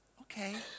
Okay